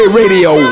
radio